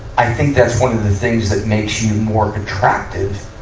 i think that's one of the things that makes you more attractive,